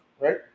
right